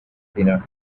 cleaner